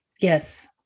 Yes